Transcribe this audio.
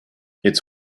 its